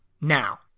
now